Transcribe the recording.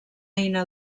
eina